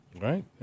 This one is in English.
Right